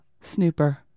Snooper